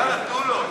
יאללה, תנו לו.